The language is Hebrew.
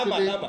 למה?